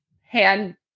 hand